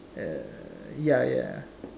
uh ya ya